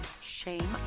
shame